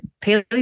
Paley